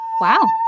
Wow